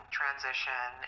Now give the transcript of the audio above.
transition